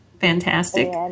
Fantastic